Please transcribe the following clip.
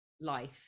life